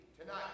tonight